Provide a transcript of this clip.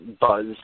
buzz